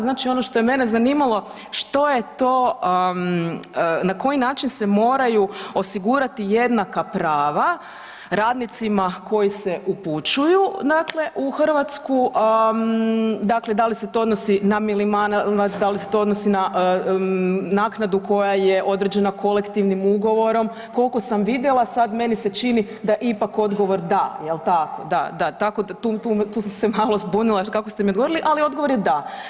Znači ono što je mene zanimalo, što je to na koji način se moraju osigurati jednaka prava radnicima koji se upućuju dakle u Hrvatsku, dakle da li se to odnosi na minimalac, da li se to odnosi na naknadu koja je određena kolektivnim ugovorom, koliko sam vidjela meni se čini da ipak odgovor da, jel tako, da, da, tako da tu sam se malo zbunila jer kako ste mi odgovorili, ali odgovor je da.